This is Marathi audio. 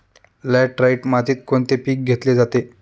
लॅटराइट मातीत कोणते पीक घेतले जाते?